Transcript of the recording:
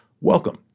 Welcome